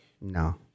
No